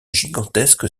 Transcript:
gigantesque